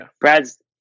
Brad's